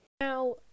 Now